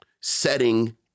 setting